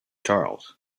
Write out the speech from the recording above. charles